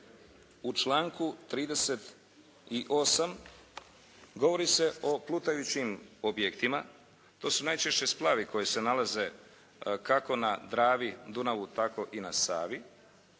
u članku 38. govori se o plutajućim objektima. To su najčešće splavi koje se nalaze kako na Dravi, Dunavi tako i na Savi.